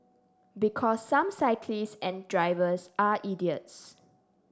because some cyclists and drivers are idiots